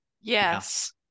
Yes